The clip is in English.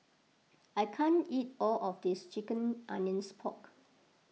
I can't eat all of this Ginger Onions Pork